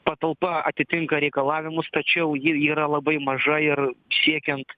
patalpa atitinka reikalavimus tačiau ji yra labai maža ir siekiant